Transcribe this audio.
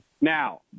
Now